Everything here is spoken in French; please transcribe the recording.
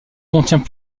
contient